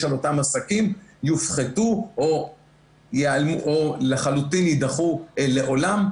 לאותם עסקים יופחתו או לחלוטין יידחו לעולם,